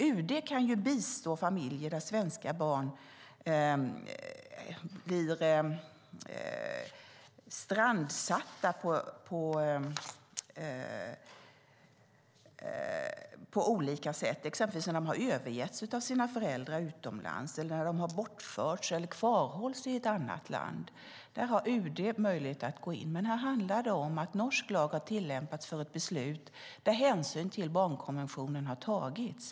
UD kan bistå familjer där svenska barn blir strandsatta på olika sätt, exempelvis när de har övergetts av sina föräldrar utomlands eller har bortförts eller kvarhålls i ett annat land. Där har UD möjlighet att gå in. Men här handlar det om att norsk lag har tillämpats i ett beslut där hänsyn till barnkonventionen har tagits.